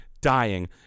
dying